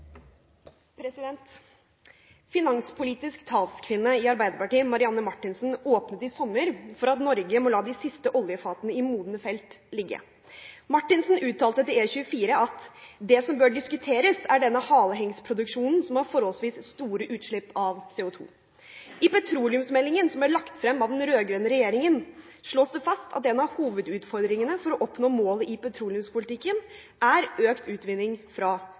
replikkordskifte. Finanspolitisk talskvinne i Arbeiderpartiet, Marianne Marthinsen, åpnet i sommer for at Norge må la de siste oljefatene i modne felt ligge. Marthinsen uttalte til E24 at det som bør diskuteres, er denne haleproduksjonen, som har forholdsvis store utslipp av CO2. I petroleumsmeldingen, som ble lagt frem av den rød-grønne regjeringen, slås det fast at en av hovedutfordringene for å oppnå målene i petroleumspolitikken er økt utvinning fra